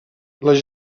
les